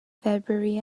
february